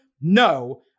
No